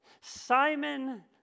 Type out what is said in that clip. Simon